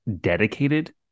dedicated